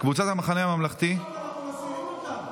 קבוצת סיעת המחנה הממלכתי, אנחנו מסירים אותן.